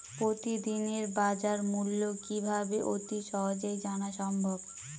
প্রতিদিনের বাজারমূল্য কিভাবে অতি সহজেই জানা সম্ভব?